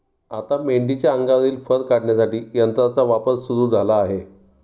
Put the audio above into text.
आता मेंढीच्या अंगावरील फर काढण्यासाठी यंत्राचा वापर सुरू झाला आहे